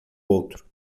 outro